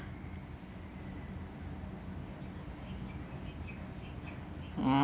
mm